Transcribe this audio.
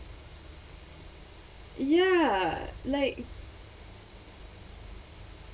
ya like